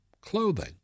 clothing